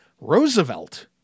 Roosevelt